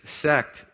sect